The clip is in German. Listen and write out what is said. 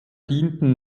dienten